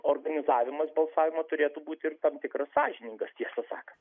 organizavimas balsavimo turėtų būti ir tam tikras sąžiningas tiesą sakant